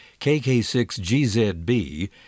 KK6GZB